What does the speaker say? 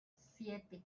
siete